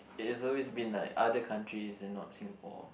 it's always been like other countries and not Singapore